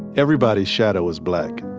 everybody's shadow is black.